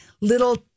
little